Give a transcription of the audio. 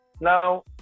Now